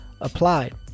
applied